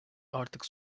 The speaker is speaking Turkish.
artık